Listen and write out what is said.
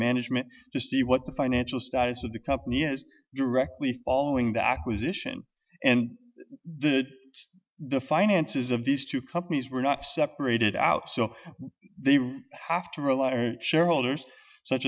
management to see what the financial status of the company is directly following the acquisition and that the finances of these two companies were not separated out so they have to rely and shareholders such